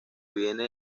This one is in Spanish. viene